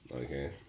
Okay